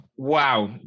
Wow